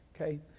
okay